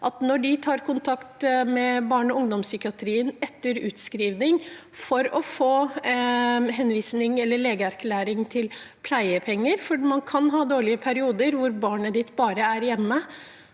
når de tar kontakt med barne- og ungdomspsykiatrien etter utskrivning for å få en henvisning eller legeerklæring til pleiepenger – for man kan ha dårlige perioder hvor barnet bare er hjemme